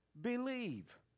believe